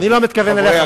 אני לא מתכוון אליך,